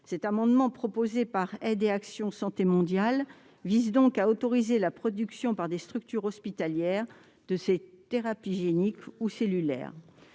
Cet amendement, proposé par les associations Aides et Action santé mondiale, vise donc à autoriser la production par des structures hospitalières de ces thérapies géniques ou cellulaires.